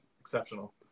exceptional